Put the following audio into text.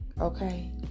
Okay